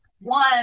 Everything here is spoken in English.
one